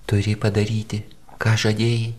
turi padaryti ką žadėjai